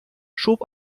schob